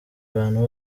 abantu